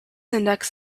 index